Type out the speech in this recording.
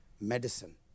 medicine